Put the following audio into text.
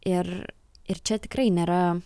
ir ir čia tikrai nėra